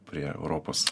prie europos